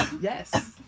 Yes